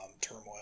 turmoil